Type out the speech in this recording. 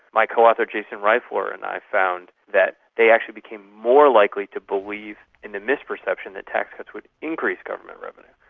my co-author jason reifler and i found that they actually became more likely to believe in the misperception that tax cuts would increase government revenue.